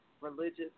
religious